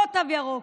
לא תו ירוק,